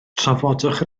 trafodwch